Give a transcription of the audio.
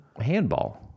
Handball